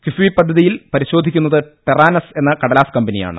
കിഫ്ബി പദ്ധതിയിൽ പരിശോധിക്കുന്നത് ടെറാനസ് എന്ന കടലാസ് കമ്പനിയാണ്